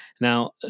Now